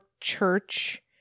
Church